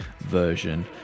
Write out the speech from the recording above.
version